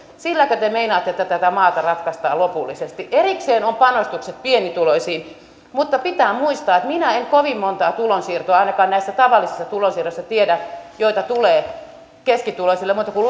silläkö te meinaatte että tätä maata ratkaistaan lopullisesti erikseen ovat panostukset pienituloisiin mutta pitää muistaa että minä en kovin monta tulonsiirtoa ainakaan näistä tavallisista tulonsiirroista tiedä joita tulee keskituloisille muuta kuin